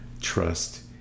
trust